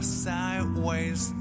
sideways